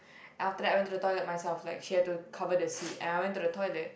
and after that I went to the toilet myself like she had to cover the seat and I went to the toilet